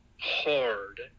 hard